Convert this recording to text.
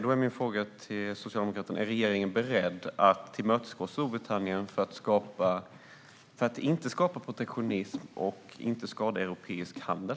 Då är min fråga till Socialdemokraterna: Är regeringen beredd att tillmötesgå Storbritannien för att inte skapa protektionism och för att inte skada europeisk handel?